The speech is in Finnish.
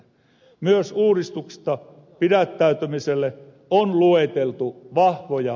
myös uudistuksesta pidättäytymiselle on lueteltu vahvoja